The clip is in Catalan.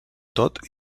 tot